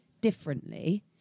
differently